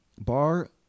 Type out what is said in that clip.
bar